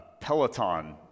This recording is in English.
Peloton